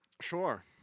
sure